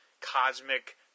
Cosmic